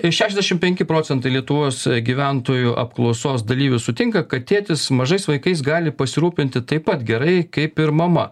šešiasdešimt penki procentai lietuvos gyventojų apklausos dalyvių sutinka kad tėtis mažais vaikais gali pasirūpinti taip pat gerai kaip ir mama